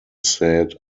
said